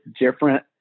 different